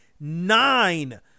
nine